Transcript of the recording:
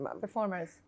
Performers